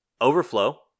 Overflow